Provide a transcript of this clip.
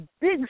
big